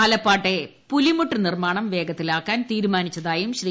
ആലപ്പാട്ടെ പുലിമുട്ട് നിർമ്മാണം ് വേഗത്തിലാക്കാൻ തീരുമാനിച്ചതായും ശ്രീ